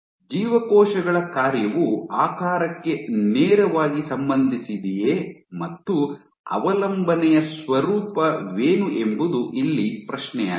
ಜೀವಕೋಶಗಳ ಕಾರ್ಯವು ಆಕಾರಕ್ಕೆ ನೇರವಾಗಿ ಸಂಬಂಧಿಸಿದಿಯೇ ಮತ್ತು ಅವಲಂಬನೆಯ ಸ್ವರೂಪವೇನು ಎಂಬುದು ಇಲ್ಲಿ ಪ್ರಶ್ನೆಯಾಗಿದೆ